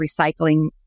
recycling